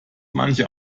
manche